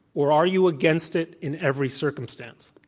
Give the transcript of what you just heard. or are you against it in every circumstance?